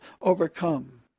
overcome